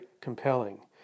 compelling